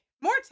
More